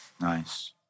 Nice